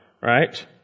right